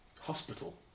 hospital